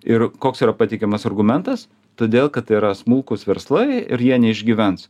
ir koks yra pateikiamas argumentas todėl kad tai yra smulkūs verslai ir jie neišgyvens